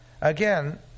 Again